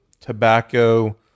tobacco